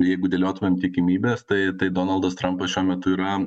jeigu dėliotumėm tikimybes tai tai donaldas trampas šiuo metu yra